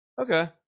okay